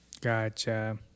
Gotcha